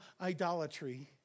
idolatry